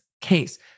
case